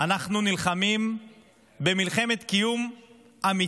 אנחנו במדינת ישראל נלחמים מלחמת קיום אמיתית,